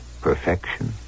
perfection